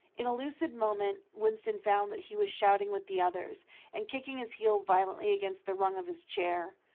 in a lucid moment winston found that he was shouting with the others others and kicking his heel violently against the rung of his chair.